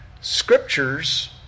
Scriptures